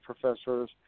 professors